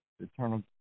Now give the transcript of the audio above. eternal